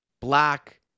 Black